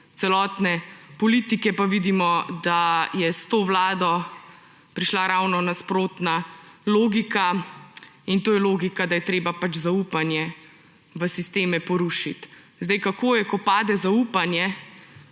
celotne politike, pa vidimo, da je s to vlado prišla ravno nasprotna logika, in to je logika, da je treba zaupanje v sisteme porušiti. Kako je, ko pade zaupanje,